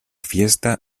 fiesta